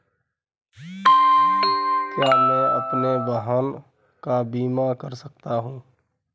क्या मैं अपने वाहन का बीमा कर सकता हूँ?